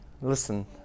listen